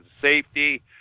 safety